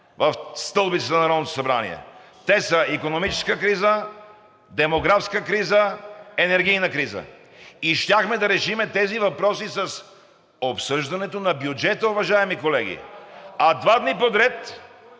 в стълбицата на Народното събрание – те са: икономическа криза, демографска криза, енергийна криза. И щяхме да решим тези въпроси с обсъждането на бюджета, уважаеми колеги, а два дни подред